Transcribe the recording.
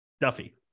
Duffy